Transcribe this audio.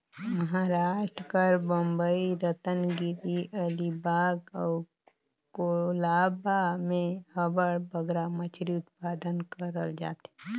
महारास्ट कर बंबई, रतनगिरी, अलीबाग अउ कोलाबा में अब्बड़ बगरा मछरी उत्पादन करल जाथे